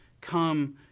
come